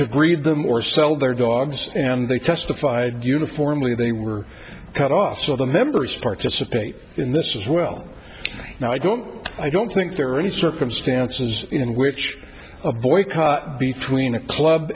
to breed them or sell their dogs and they testified uniformly they were cut off for the members to participate in this as well now i don't i don't think there are any circumstances in which a boycott between a club